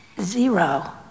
Zero